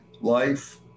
life